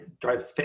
drive